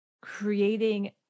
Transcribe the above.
creating